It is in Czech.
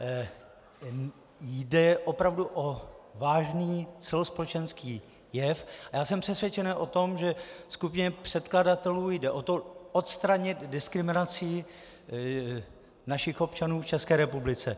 Jde opravdu o vážný celospolečenský jev a já jsem přesvědčen o tom, že skupině předkladatelů jde o to, odstranit diskriminaci našich občanů v České republice.